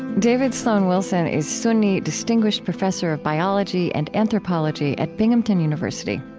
david sloan wilson. he's suny distinguished professor of biology and anthropology at binghamton university.